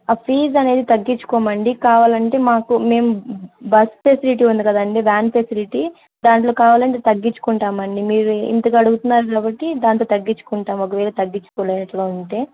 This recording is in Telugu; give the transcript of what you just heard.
ఆ ఫీజు అనేది తగ్గించుకోమండి కావాలంటే మాకు మేము బస్ ఫెసిలిటీ ఉంది కదండీ వ్యాన్ ఫెసిలిటీ దాంట్లో కావాలంటే తగ్గించుకుంటామండి మీరు ఇంతకాడుగుతున్నారు ఒకట్టి దాంట్లో తగ్గించుకుంటాము ఒకవేళ తగ్గించుకునేది ఎట్లా ఉంటే